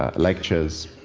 ah lectures,